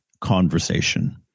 conversation